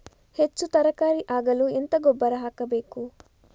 ಹೆಚ್ಚು ತರಕಾರಿ ಆಗಲು ಎಂತ ಗೊಬ್ಬರ ಹಾಕಬೇಕು?